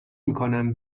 میکنم